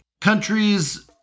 Countries